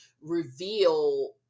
reveal